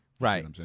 Right